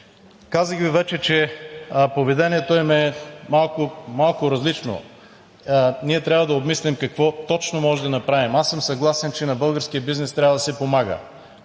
Казах Ви вече, че поведението им е малко различно. Ние трябва да обмислим какво точно може да направим. Аз съм съгласен, че на българския бизнес трябва да се помага.